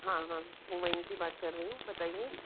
हाँ हाँ वहीं से बात कर रही हूँ बताइए